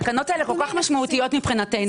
התקנות האלה כל כך משמעותיות מבחינתנו,